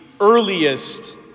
earliest